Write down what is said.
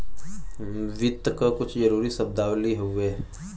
वित्त क कुछ जरूरी शब्दावली हउवे